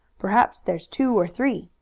perhaps there's two or three.